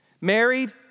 married